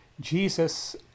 Jesus